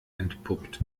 entpuppt